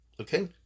okay